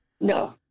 No